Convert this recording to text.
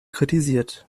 kritisiert